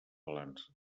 balança